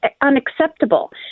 unacceptable